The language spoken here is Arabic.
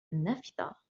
النافذة